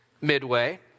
midway